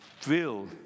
fill